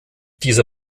dieser